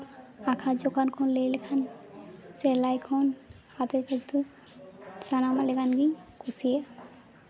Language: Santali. ᱟᱸᱠᱟ ᱡᱚᱠᱷᱟ ᱠᱚ ᱞᱟᱹᱭ ᱞᱮᱠᱷᱟᱱ ᱥᱮᱞᱟᱭ ᱠᱷᱚᱱ ᱦᱟᱛᱮᱨ ᱡᱚᱛᱚ ᱥᱟᱱᱟᱢᱟᱜ ᱞᱮᱠᱟ ᱜᱤᱧ ᱠᱩᱥᱤᱭᱟᱜᱼᱟ